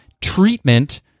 treatment